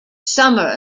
summer